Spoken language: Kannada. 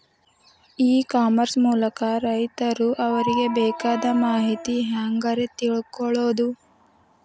ಇ ಕಾಮರ್ಸ್ ಮೂಲಕ ರೈತರು ಅವರಿಗೆ ಬೇಕಾದ ಮಾಹಿತಿ ಹ್ಯಾಂಗ ರೇ ತಿಳ್ಕೊಳೋದು?